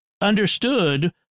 understood